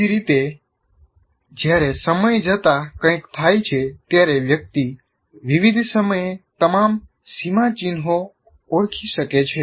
એ જ રીતે જ્યારે સમય જતા કંઈક થાય છે ત્યારે વ્યક્તિ વિવિધ સમયે તમામ સીમાચિહ્નો ઓળખી શકે છે